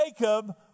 Jacob